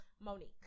Monique